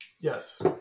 Yes